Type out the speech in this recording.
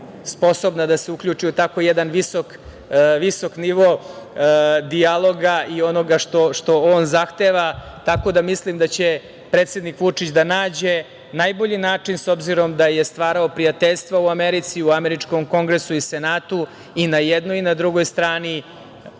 sposobna da se uključi u tako jedan visok nivo dijaloga i onoga što on zahteva, tako da mislim da će predsednik Vučić da nađe najbolji način, s obzirom da je stvarao prijateljstvo u Americi, u američkom Kongresu i Senatu i da će i na jednoj i na drugoj strani